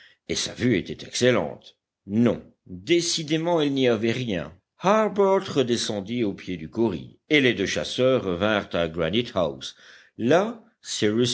et sa vue était excellente non décidément il n'y avait rien harbert redescendit au pied du kauri et les deux chasseurs revinrent à